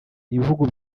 ibihugu